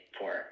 four